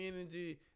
energy